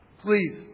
please